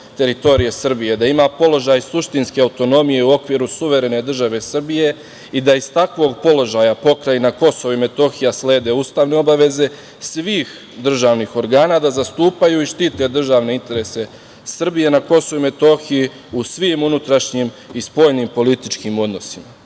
teritorije Srbije, da ima položaj suštinske autonomije u okviru suverene države Srbije i da iz takvog položaja pokrajina Kosovo i Metohija slede ustavne obaveze svih državnih organa da zastupaju i štite državne interese Srbije na Kosovu i Metohiji u svim unutrašnjim i spoljnim političkim odnosima.